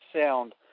sound